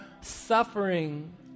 suffering